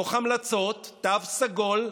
תוך המלצות, תו סגול,